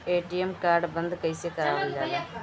ATM card बन्द कईसे करावल जाला?